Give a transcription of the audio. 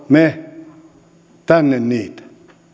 me tänne niitä